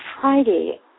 Friday